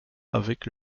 avec